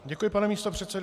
Děkuji, pane místopředsedo.